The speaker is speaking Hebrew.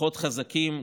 כוחות חזקים,